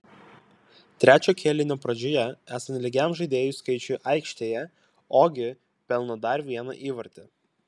trečio kėlinio pradžioje esant lygiam žaidėjų skaičiui aikštėje ogi pelno dar vieną įvartį